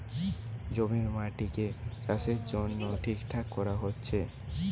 জমির মাটিকে চাষের জন্যে ঠিকঠাক কোরা হচ্ছে